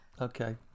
Okay